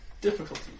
Difficulty